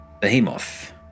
Behemoth